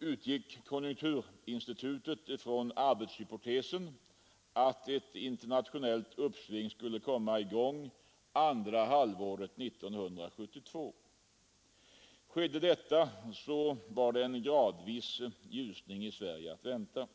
utgick konjunkturinstitutet från arbetshypotesen att ett internationellt uppsving kunde väntas andra halvåret 1972. Skedde det, så var en gradvis ljusning i Sverige att vänta.